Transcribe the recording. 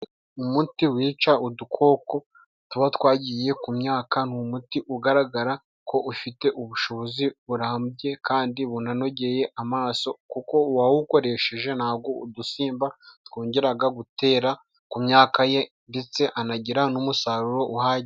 Umuti wica udukoko tuba twagiye ku myaka ni umuti ugaragara ko ufite ubushobozi burambye, kandi bunogeye amaso, kuko uwawukoresheje ntabwo udusimba twongera gutera ku myaka ye, ndetse anagira n'umusaruro uhagije.